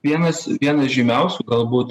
vienas vienas žymiausių galbūt